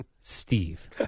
Steve